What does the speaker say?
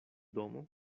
domo